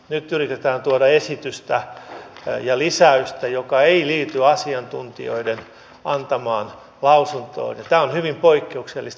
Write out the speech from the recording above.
nyt yritetään tuoda esitystä ja lisäystä joka ei liity asiantuntijoiden antamaan lausuntoon ja tämä on hyvin poikkeuksellista käytäntöä